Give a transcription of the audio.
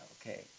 Okay